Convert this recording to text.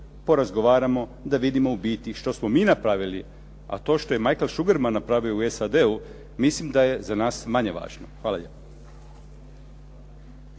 da vidimo u biti što smo mi napravili. A to je Michael Shugerman napravio u SDA-u mislim da je za nas manje važno. Hvala lijepo.